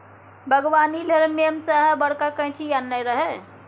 बागबानी लेल मेम साहेब बड़का कैंची आनने रहय